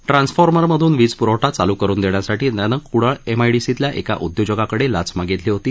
transformer मधून वीज प्रवठा चालू करून देण्यासाठी त्याने क्डाळ एमआयडीसीतल्या एक उद्योजकाकडे लाच मागितली होती